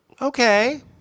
Okay